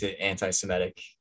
anti-Semitic